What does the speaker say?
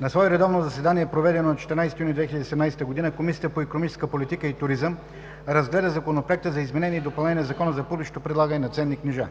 На свое редовно заседание, проведено на 14 юни 2017 г., Комисията по икономическа политика и туризъм разгледа Законопроекта за изменение и допълнение на Закона за публичното предлагане на ценни книжа.